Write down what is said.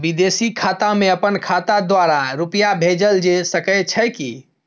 विदेशी खाता में अपन खाता द्वारा रुपिया भेजल जे सके छै की?